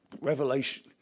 revelation